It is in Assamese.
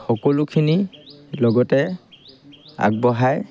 সকলোখিনি লগতে আগবঢ়াই